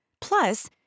Plus